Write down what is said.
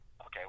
Okay